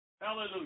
hallelujah